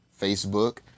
Facebook